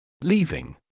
Leaving